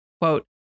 quote